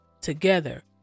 Together